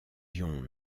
ions